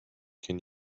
can